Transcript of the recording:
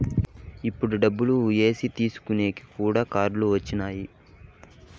ఇప్పుడు డబ్బులు ఏసేకి తీసుకునేకి కూడా కార్డులు వచ్చినాయి